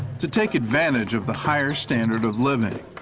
to take advantage of the higher standard of living.